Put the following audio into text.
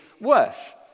worth